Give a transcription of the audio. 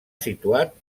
situat